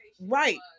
Right